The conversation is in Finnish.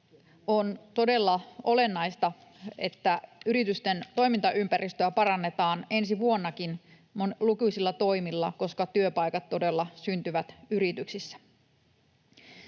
on todella olennaista, että yritysten toimintaympäristöä parannetaan ensi vuonnakin lukuisilla toimilla, koska työpaikat todella syntyvät yrityksissä.